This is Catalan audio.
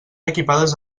equipades